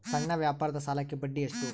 ಸಣ್ಣ ವ್ಯಾಪಾರದ ಸಾಲಕ್ಕೆ ಬಡ್ಡಿ ಎಷ್ಟು?